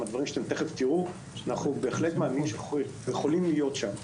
עם הדברים שתיכף תראו אנחנו בהחלט מאמינים שאנחנו יכולים להיות שם.